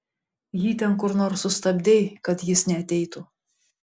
jį ten kur nors sustabdei kad jis neateitų